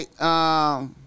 right